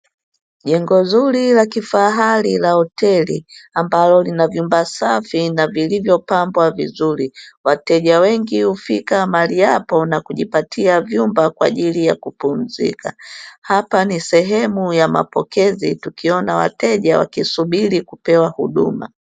Jengo zuri la kifahari la hoteli, ambalo lina vyumba safi vilivyo pambwa vizuri wateja wengi hufika mahali hapo na kujipatia vyumba kwa ajili ya kupumzika, hapa ni sehemu ya mapokezi tukiona wateja wakisubiri kupewa huduma.